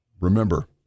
Remember